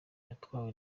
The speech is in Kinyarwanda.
witwaye